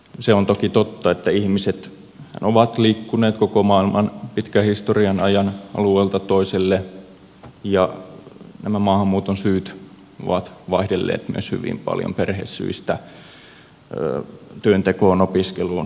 se on toki totta että ihmiset ovat liikkuneet koko maailman pitkän historian ajan alueelta toiselle ja nämä maahanmuuton syyt ovat vaihdelleet myös hyvin paljon perhesyistä työntekoon opiskeluun ja niin edelleen